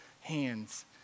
hands